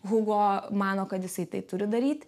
hugo mano kad jisai turi daryt